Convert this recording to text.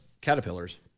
caterpillars